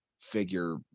figure